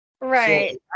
Right